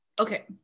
Okay